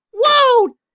Whoa